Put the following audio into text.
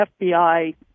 FBI